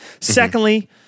Secondly